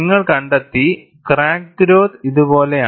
നിങ്ങൾ കണ്ടെത്തി crack growth ഇതുപോലെയാണ്